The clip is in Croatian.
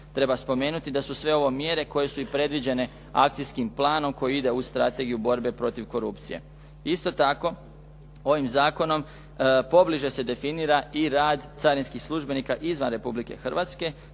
Treba spomenuti da su sve ovo mjere koje su i predviđene akcijskim planom koji ide uz Strategiju borbe protiv korupcije. Isto tako ovim zakonom pobliže se definira i rad carinskih službenika izvan Republike Hrvatske.